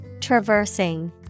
Traversing